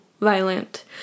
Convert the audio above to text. violent